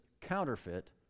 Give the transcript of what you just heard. counterfeit